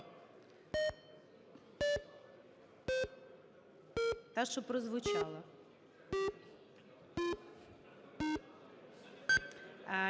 Та, що прозвучала.